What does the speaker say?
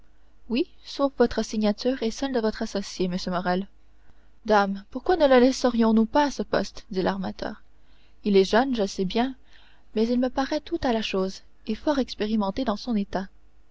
oui sauf votre signature et celle de votre associé monsieur morrel dame pourquoi ne le laisserions nous pas à ce poste dit l'armateur il est jeune je le sais bien mais il me paraît tout à la chose et fort expérimenté dans son état